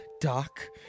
Doc